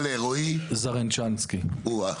רואי זרנצסקי מרשות